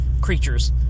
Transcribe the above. creatures